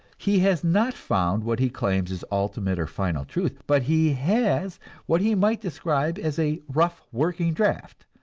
he has not found what he claims is ultimate or final truth but he has what he might describe as a rough working draft,